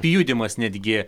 pjudymas netgi